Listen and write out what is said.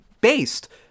based